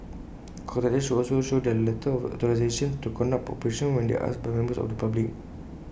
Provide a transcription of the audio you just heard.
contractors should also show their letter of authorisation to conduct operations when asked by members of the public